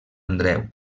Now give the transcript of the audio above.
andreu